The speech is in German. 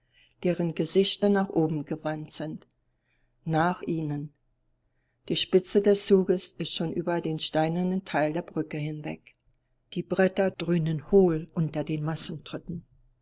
deren gesichter nach oben gewandt sind nach ihnen die spitze des zuges ist schon über den steinernen teil der brücke hinweg die bretter dröhnen hohl unter den